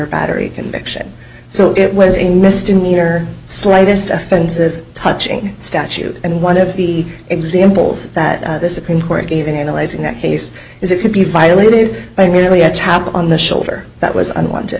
battery conviction so it was a misdemeanor slightest offensive touching statute and one of the examples that this is important even analyzing that case is it could be violated by merely a tap on the shoulder that was unwanted